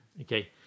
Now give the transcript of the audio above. Okay